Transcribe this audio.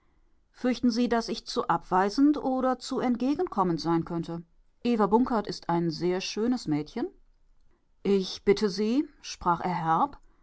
fürchten sie daß ich zu abweisend oder zu entgegenkommend sein könnte eva bunkert ist ein sehr schönes mädchen ich bitte sie sprach er